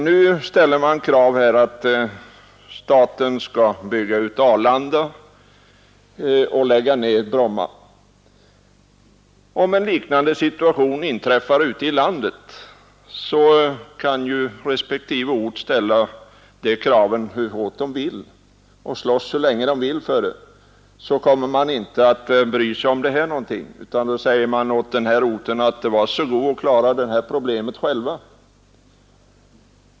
Nu ställer man krav på att staten skall bygga ut Arlanda och lägga ned Bromma flygplats. Om liknande situationer inträffar ute i landet kan ju respektive orter ställa de kraven hur hårt de vill och slåss så länge de orkar för dem, men då kommer man inte att bry sig om problemen, utan säger bara åt de orterna: Var så goda och klara upp de problemen själva!